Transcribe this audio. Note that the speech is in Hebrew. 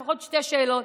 לפחות שתי שאלות.